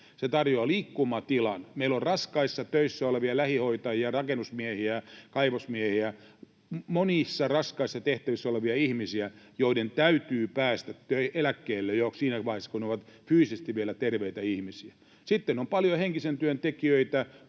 Se tarjoaa liikkumatilan: Meillä on raskaissa töissä olevia lähihoitajia, rakennusmiehiä, kaivosmiehiä, monissa raskaissa tehtävissä olevia ihmisiä, joiden täytyy päästä eläkkeelle jo siinä vaiheessa kun he ovat fyysisesti vielä terveitä ihmisiä. Sitten on paljon henkisen työn tekijöitä